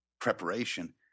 preparation